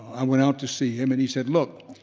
i went out to see him and he said, look,